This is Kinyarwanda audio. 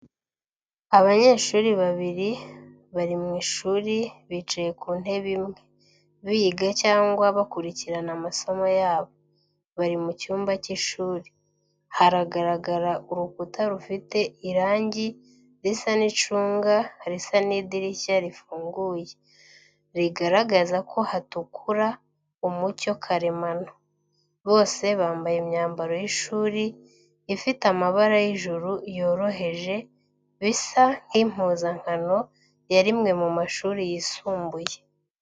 Abanyeshuri babiri bari mu ishuri, bicaye ku ntebe imwe, biga cyangwa bakurikirana amasomo yabo. Bari mu cyumba cy’ishuri, haragaragara urukuta rufite irangi risa n'icunga risaza n'idirishya rifunguye, rigaragaza ko haturuka umucyo karemano. Bose bambaye imyambaro y’ishuri ifite amabara y’ijuru yoroheje, bisa nk’impuzankano ya rimwe mu mashuri yisumbuye.